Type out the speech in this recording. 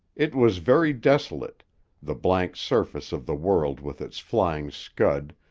it was very desolate the blank surface of the world with its flying scud,